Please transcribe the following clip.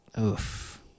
Oof